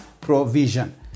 provision